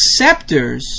acceptors